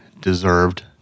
deserved